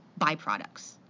byproducts